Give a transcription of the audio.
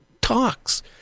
talks